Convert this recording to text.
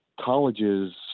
colleges